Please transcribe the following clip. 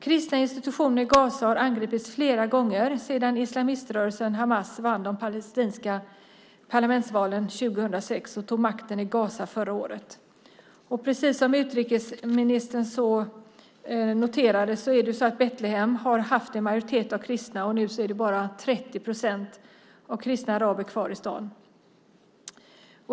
Kristna institutioner har angripits flera gånger sedan islamiströrelsen Hamas vann de palestinska parlamentsvalen 2006 och tog makten i Gaza förra året. Precis som utrikesministern noterade har Betlehem haft en majoritet av kristna. Nu är det bara 30 procent av kristna araber kvar i staden.